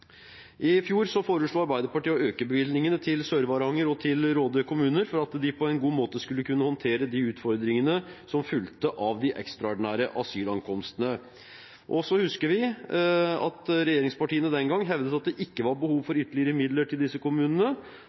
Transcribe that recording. I fjor foreslo Arbeiderpartiet å øke bevilgningene til Sør-Varanger og Råde kommuner for at de på en god måte skulle kunne håndtere de utfordringene som fulgte av de ekstraordinære asylankomstene. Så husker vi at regjeringspartiene den gang hevdet at det ikke var behov for ytterligere midler til disse kommunene.